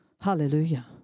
Hallelujah